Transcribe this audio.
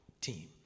team